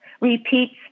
repeats